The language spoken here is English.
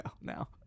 now